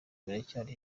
biracyari